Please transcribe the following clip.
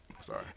Sorry